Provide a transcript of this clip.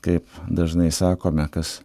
kaip dažnai sakome kas